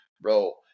bro